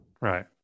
Right